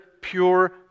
pure